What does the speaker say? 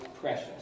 precious